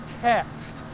text